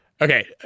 Okay